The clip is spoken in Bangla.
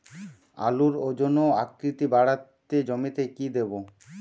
আলুর ওজন ও আকৃতি বাড়াতে জমিতে কি দেবো?